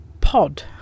pod